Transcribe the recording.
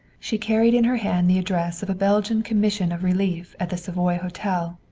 she carried in her hand the address of a belgian commission of relief at the savoy hotel,